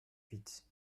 huit